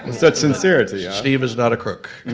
such sincerity. steve is not a crook.